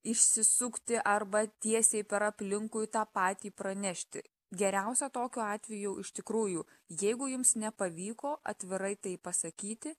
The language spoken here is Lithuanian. išsisukti arba tiesiai per aplinkui tą patį pranešti geriausia tokiu atveju iš tikrųjų jeigu jums nepavyko atvirai tai pasakyti